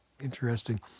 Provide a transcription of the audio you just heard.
Interesting